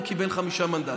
וקיבל חמישה מנדטים.